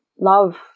love